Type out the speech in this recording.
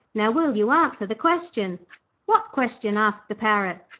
now will you answer the question wot question asked the parrot.